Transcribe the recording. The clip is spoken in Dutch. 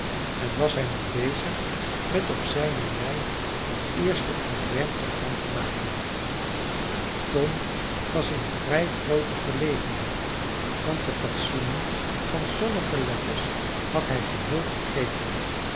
en was hij nu bezig met op zijne lei het eerste ontwerp daarvan te maken tom was in vrij groote verlegenheid want de fatsoenen van sommige letters had hij geheel vergeten